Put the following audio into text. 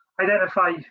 identify